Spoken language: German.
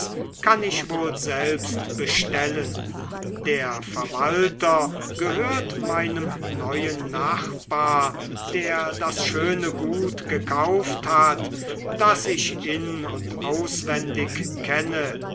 kann ich wohl selbst bestellen der verwalter gehört meinem neuen nachbar der das schöne gut gekauft hat das ich in und auswendig kenne